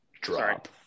Drop